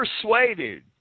persuaded